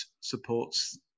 supports